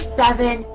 seven